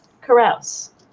carouse